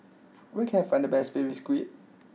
where can I find the best Baby Squid